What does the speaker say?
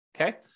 okay